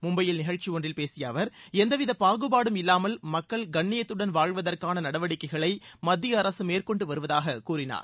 மும்பையில் நிகழ்ச்சி ந ஒன்றில் பேசிய அவர் எந்தவித பாகுபாடும் இல்லாமல் மக்கள் கண்ணியத்துடன் வாழ்வதற்கான நடவடிக்கைகளை மத்திய அரசு மேற்கொண்டு வருவதாகக் கூறினார்